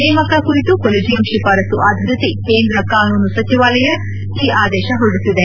ನೇಮಕ ಕುರಿತು ಕೊಲಿಜಿಯಂ ಶಿಫಾರಸು ಆಧರಿಸಿ ಕೇಂದ್ರ ಕಾನೂನು ಸಚಿವಾಲಯ ಆದೇಶ ಹೊರಡಿಸಿದೆ